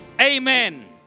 Amen